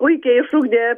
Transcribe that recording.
puikiai išugdė